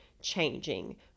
changing